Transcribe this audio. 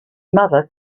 mother